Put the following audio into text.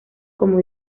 como